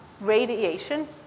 radiation